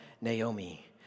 Naomi